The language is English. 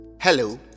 Hello